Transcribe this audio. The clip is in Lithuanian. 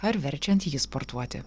ar verčiant jį sportuoti